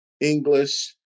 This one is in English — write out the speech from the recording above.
English